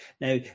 Now